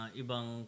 ibang